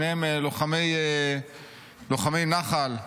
שניהם לוחמי נח"ל,